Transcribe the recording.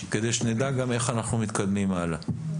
כדי שנדע גם איך אנחנו מתקדמים הלאה.